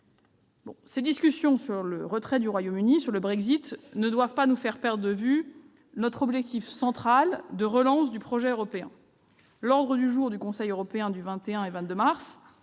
Ces discussions sur le retrait du Royaume-Uni ne doivent pas nous faire perdre de vue notre objectif central de relance du projet européen. L'ordre du jour du Conseil européen des 21 et 22 mars